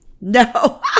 no